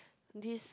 this